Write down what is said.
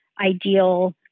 ideal